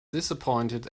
disappointed